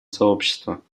сообщества